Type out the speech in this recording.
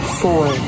four